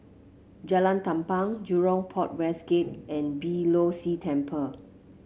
Jalan Tampang Jurong Port West Gate and Beeh Low See Temple